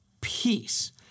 peace